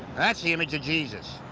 that's the image of jesus,